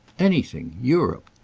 anything. europe.